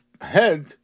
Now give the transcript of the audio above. head